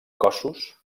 cossos